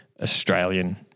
Australian